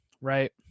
right